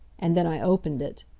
and then i opened it.